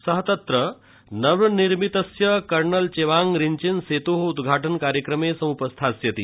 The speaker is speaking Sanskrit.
सः तत्र नव निर्मितस्य कर्नल चेवांग रिन्वेन सेतोः उद्घाटन कार्यक्रमे समुपस्थास्यति